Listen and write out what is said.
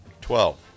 Twelve